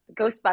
Ghostbusters